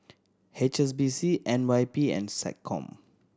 H S B C N Y P and SecCom